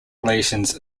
relations